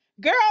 Girl